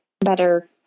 better